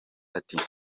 ati